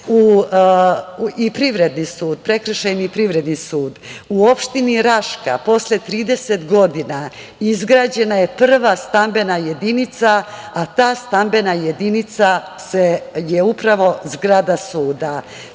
Prekršajni sud i Privredni sud. U opštini Raška, posle 30 godina, izgrađena je prva stambena jedinica, a ta stambena jedinica je upravo zgrada suda.